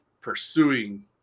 pursuing